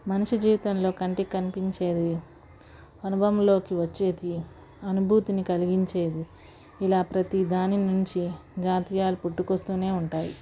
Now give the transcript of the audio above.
మనిషి జీవితంలో కంటికి కనిపించేది అనుభవంలోకి వచ్చేది అనుభూతిని కలిగించేది ఇలా ప్రతి దాని నుంచి జాతీయాలు పుట్టుకొస్తూనే ఉంటాయి